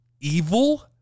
evil